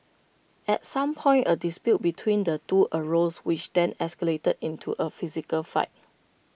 at some point A dispute between the two arose which then escalated into A physical fight